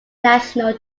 national